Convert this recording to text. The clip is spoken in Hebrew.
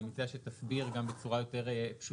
אני מציע שתסביר בצורה יותר פשוטה,